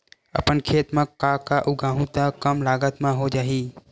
अपन खेत म का का उगांहु त कम लागत म हो जाही?